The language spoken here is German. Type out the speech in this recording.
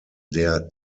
der